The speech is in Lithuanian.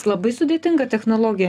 labai sudėtinga technologija